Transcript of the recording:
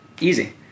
Easy